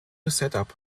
setup